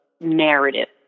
narrative